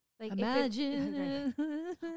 imagine